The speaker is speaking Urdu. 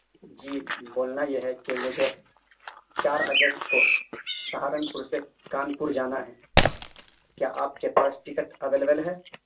جی بولنا یہ ہے کہ مجھے چار اگست کو سہارنپور سے کانپور جانا ہے کیا آپ کے پاس ٹکٹ اویلیبل ہے